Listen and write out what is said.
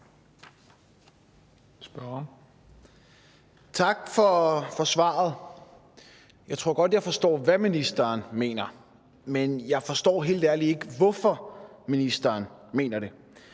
Tak for svaret. Jeg tror godt, jeg forstår, hvad ministeren mener. Men jeg forstår helt ærligt ikke, hvorfor ministeren mener det.